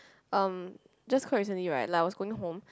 um just quite recently right like I was going home